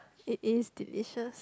it is delicious